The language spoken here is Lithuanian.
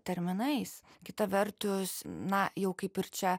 terminais kita vertus na jau kaip ir čia